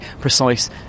precise